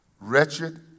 wretched